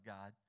God